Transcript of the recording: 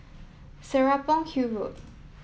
Serapong Hill Road